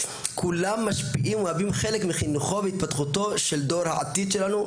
כולם משפיעים ומהווים חלק מחינוכו והתפתחותו של דור העתיד שלנו,